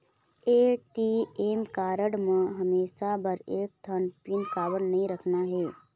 ATM card म हमेशा बर एक ठन पिन काबर नई रखना हे?